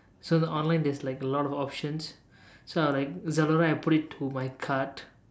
so the online there's like a lot of options so I'll like Zalora I'll put it to my cart